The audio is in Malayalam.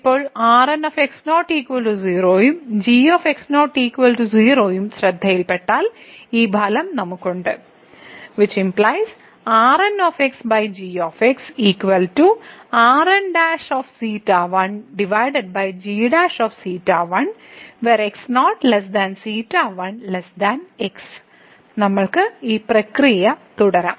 ഇപ്പോൾ Rn 0 ഉം g 0 ഉം ശ്രദ്ധയിൽപ്പെട്ടാൽ ഈ ഫലം നമുക്ക് ഉണ്ട് നമ്മൾക്ക് ഈ പ്രക്രിയ തുടരാം